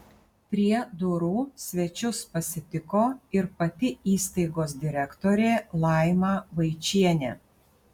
prie durų svečius pasitiko ir pati įstaigos direktorė laima vaičienė